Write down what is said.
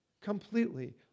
Completely